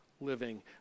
living